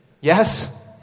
Yes